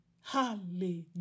hallelujah